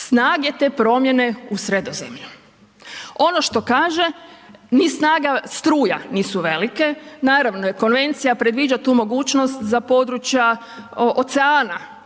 snage te promjene u Sredozemlju. Ono što kaže ni snaga struja nisu velike, naravno jer konvencija predviđa tu mogućnost za područja oceana